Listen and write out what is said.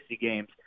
games